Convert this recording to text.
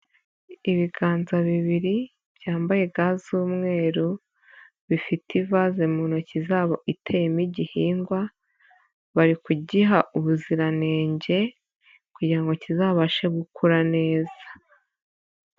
Ibiganza bibiri byambaye ga z'umweru, bifite ivase mu ntoki zabo iteyemo igihingwa, bari kugiha ubuziranenge kugira ngo kizabashe gukura neza.